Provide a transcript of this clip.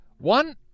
One